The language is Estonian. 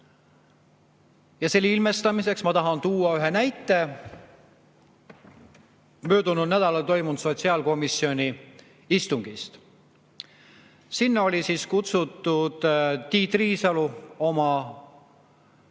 Selle ilmestamiseks ma tahan tuua ühe näite möödunud nädalal toimunud sotsiaalkomisjoni istungist. Sinna oli kutsutud Tiit Riisalo oma nõunikega.